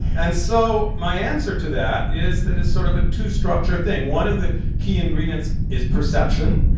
and so my answer to that is that it's sort of a two-structure thing. one of the key ingredients is perception,